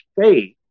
faith